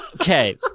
Okay